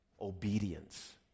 Obedience